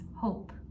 Hope